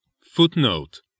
Footnote